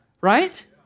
right